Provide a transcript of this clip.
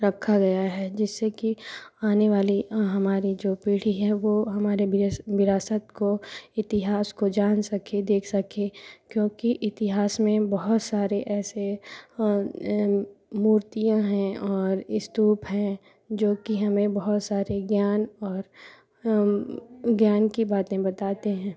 रखा गया है जिससे की आनेवाली हमारी जो पीढ़ी है वो हमारे विरा विरासत को इतिहास को जान सके देख सके क्योंकि इतिहास में बहुत सारे ऐसे मूर्तियाँ हैं और स्तूप हैं जोकि हमें बहुत सारे ज्ञान और ज्ञान की बातें बताते हैं